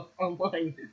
online